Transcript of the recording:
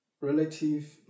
relative